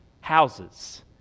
houses